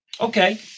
Okay